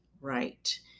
Right